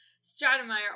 Stratemeyer